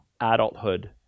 adulthood